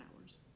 hours